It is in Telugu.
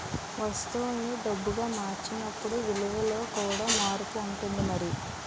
వస్తువుల్ని డబ్బుగా మార్చినప్పుడు విలువలో కూడా మార్పు ఉంటుంది మరి